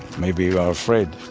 maybe you are afraid.